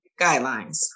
guidelines